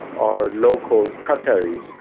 are local qataris,